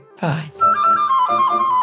Bye